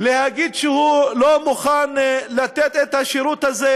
יגידו שהם לא מוכנים לתת את השירות הזה